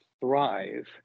thrive